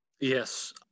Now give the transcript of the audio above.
Yes